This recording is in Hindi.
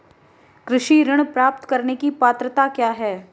कृषि ऋण प्राप्त करने की पात्रता क्या है?